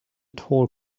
tall